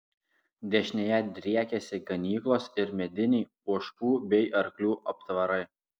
dešinėje driekėsi ganyklos ir mediniai ožkų bei arklių aptvarai